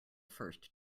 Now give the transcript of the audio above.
first